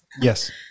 Yes